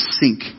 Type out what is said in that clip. sink